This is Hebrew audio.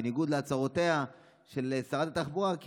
בניגוד להצהרותיה של שרת התחבורה כי